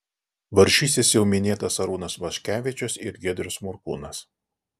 varžysis jau minėtas arūnas vaškevičius ir giedrius morkūnas